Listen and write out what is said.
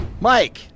mike